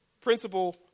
principle